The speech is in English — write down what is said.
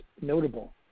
notable